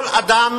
כל אדם